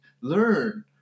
Learn